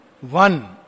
one